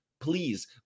Please